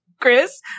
chris